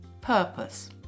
purpose